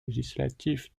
législatif